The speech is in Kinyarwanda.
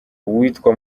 uwitwa